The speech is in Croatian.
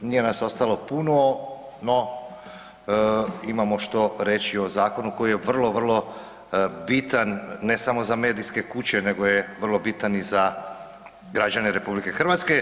Nije nas ostalo puno, no imamo što reći o zakonu koji je vrlo, vrlo bitan, ne samo za medijske kuće nego je vrlo bitan i za građane RH.